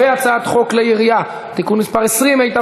והצעת חוק כלי הירייה (תיקון מס' 20),